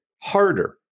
harder